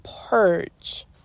PURGE